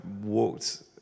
walked